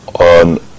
on